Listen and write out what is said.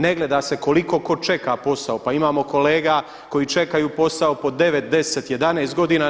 Ne gleda se koliko tko čeka posao, pa imamo kolega koji čekaju posao po 9, 10, 11 godina.